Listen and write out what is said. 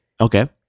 okay